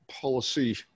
policy